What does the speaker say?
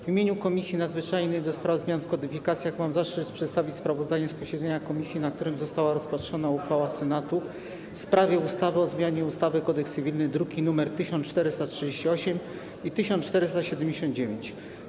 W imieniu Komisji Nadzwyczajnej do spraw zmian w kodyfikacjach mam zaszczyt przedstawić sprawozdanie z posiedzenia komisji, na którym została rozpatrzona uchwała Senatu w sprawie ustawy o zmianie ustawy - Kodeks cywilny, druki nr 1438 i 1479.